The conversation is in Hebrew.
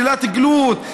שלילת גלות,